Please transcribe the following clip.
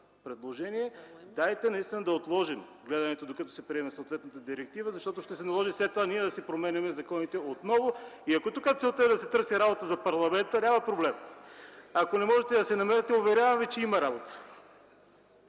призова: дайте наистина да отложим гледането, докато се приеме съответната директива, защото ще се наложи след това ние да си променяме законите отново. Ако целта е да се търси работа на парламента – няма проблем. Ако не можете да си намерите, уверявам Ви, че има работа.